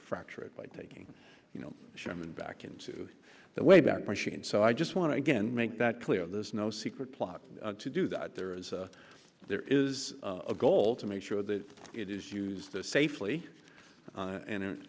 fracture it by taking you know sherman back into the wayback machine so i just want to again make that clear there's no secret plot to do that there is there is a goal to make sure that it is used to safely